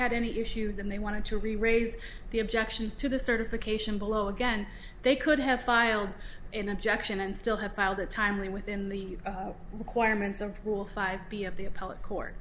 had any issues and they wanted to re raise the objections to the certification below again they could have filed an objection and still have filed a timely within the requirements of rule five b of the appellate court